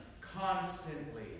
constantly